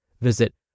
Visit